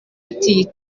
ati